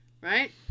right